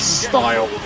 style